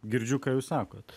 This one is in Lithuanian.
girdžiu ką jūs sakot